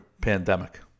pandemic